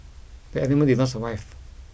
the animal did not survive